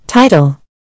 Title